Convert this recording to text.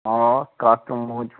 آ کَٹھ تِم موٗدۍ